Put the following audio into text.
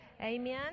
amen